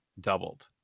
doubled